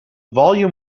volume